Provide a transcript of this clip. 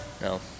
No